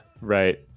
Right